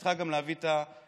תפקידך גם להביא את הפתרון.